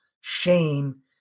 shame